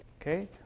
okay